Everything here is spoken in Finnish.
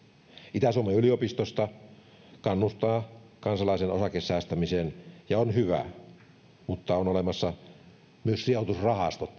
itä suomen yliopisto tämä kannustaa kansalaisen osakesäästämiseen ja tämä on hyvä mutta tällä hetkellä on olemassa myös sijoitusrahastot